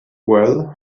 well